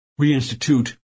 reinstitute